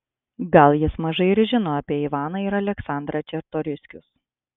gal jis mažai ir žino apie ivaną ir aleksandrą čartoriskius